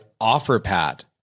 OfferPat